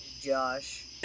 Josh